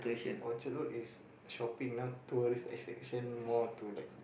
Orchard Road is shopping not tourist attraction more to like